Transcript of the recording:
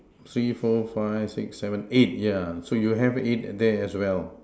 three four five six seven eight yeah so you have eight there as well